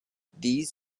these